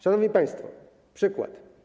Szanowni państwo, przykład.